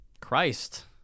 Christ